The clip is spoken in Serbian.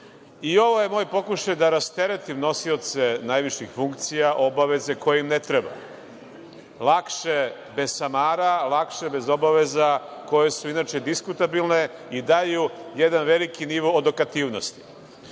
ovo je moj pokušaj da rasteretim nosioce najviših funkcija obaveze koja im ne treba. Lakše bez samara, lakše bez obaveza, koje su inače diskutabilne i daju jedan veliki nivo odokativnosti.U